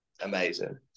amazing